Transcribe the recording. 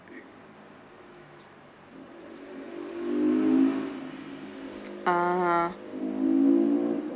ah